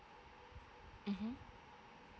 mmhmm